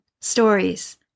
Stories